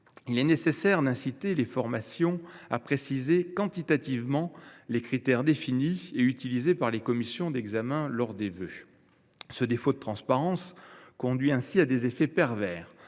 il est nécessaire d’inciter les responsables des formations à préciser quantitativement les critères définis et utilisés par les commissions d’examen des vœux. Ce défaut de transparence conduit à des effets pervers.